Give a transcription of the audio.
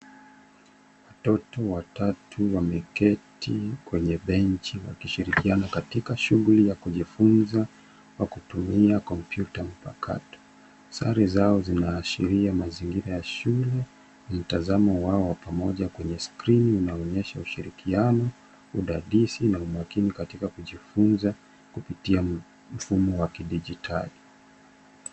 Watoto watatu wameketi kwenye benchi wakishirikiana katika shughuli ya kujifunza kwa kutumia kompyuta mpakato. Sare zao zinaashiria mazingira ya shule, mtazamo wao wa pamoja kwenye skrini unaonyesha ushirikiano, udadisi na umakini katika kujifunza kupitia mfumo wa kidijitali.